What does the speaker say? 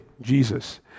Jesus